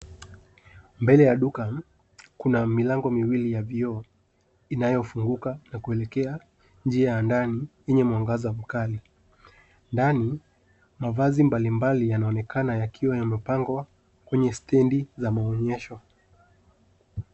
Mbele ya duka kuna milango miwili ya vioo inayofunguka na kuelekea njia ya ndani kwenye mwangaza mkali. Ndani, mavazi mbalimbali yanonaekana yakiwa yamepangwa kwenye stendi za maonesho.